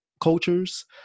cultures